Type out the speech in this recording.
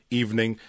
evening